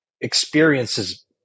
experiences